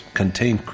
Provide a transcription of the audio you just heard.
contain